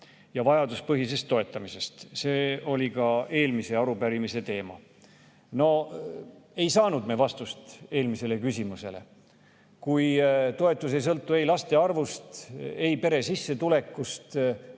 ja vajaduspõhisest toetamisest. See oli ka eelmise arupärimise teema. No ei saanud me vastust eelmisele küsimusele. Kui toetus ei sõltu laste arvust, pere sissetulekust,